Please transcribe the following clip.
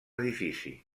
edifici